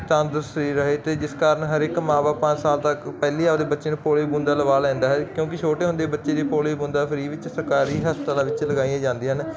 ਤੰਦਰੁਸਤ ਸਰੀਰ ਰਹੇ ਤੇ ਜਿਸ ਕਾਰਨ ਹਰ ਇੱਕ ਮਾਂ ਬਾਪ ਪੰਜ ਸਾਲ ਤੱਕ ਪਹਿਲੀ ਆਪਦੇ ਬੱਚੇ ਨੂੰ ਪੋਲੀਓ ਦੀਆਂ ਬੂੰਦਾ ਲਵਾ ਲੈਂਦਾ ਹੈ ਕਿਉਂਕਿ ਛੋਟੇ ਹੁੰਦੇ ਬੱਚੇ ਦੀਆਂ ਪੋਲੀਓ ਬੂੰਦਾਂ ਫਰੀ ਵਿੱਚ ਸਰਕਾਰੀ ਹਸਪਤਾਲ ਵਿੱਚ ਲਗਾਈਆਂ ਜਾਂਦੀਆਂ ਹਨ